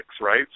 right